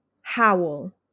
howl